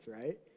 right